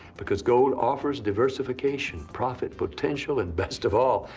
because gold offers diversification, profit, potential, and best of all,